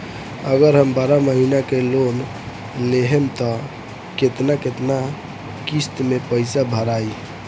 अगर हम बारह महिना के लोन लेहेम त केतना केतना किस्त मे पैसा भराई?